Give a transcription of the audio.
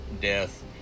death